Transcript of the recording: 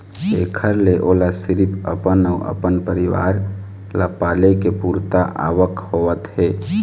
एखर ले ओला सिरिफ अपन अउ अपन परिवार ल पाले के पुरता आवक होवत हे